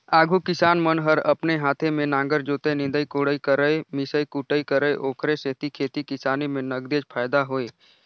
आघु किसान मन हर अपने हाते में नांगर जोतय, निंदई कोड़ई करयए मिसई कुटई करय ओखरे सेती खेती किसानी में नगदेच फायदा होय